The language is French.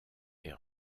est